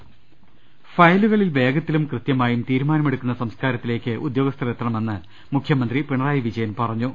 ൾ ൽ ൾ ഫയലുകളിൽ വേഗത്തിലും കൃത്യമായും തീരുമാനമെടുക്കുന്ന സംസ്കാരത്തിലേക്ക് ഉദ്യോഗസ്ഥർ എത്തണമെന്ന് മുഖ്യമന്ത്രി പിണ റായി വിജയൻ പറഞ്ഞു